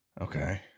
Okay